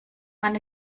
man